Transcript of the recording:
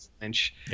Lynch